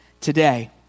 today